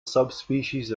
subspecies